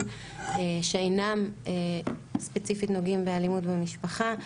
שאינם ספציפית נוגעים באלימות במשפחה.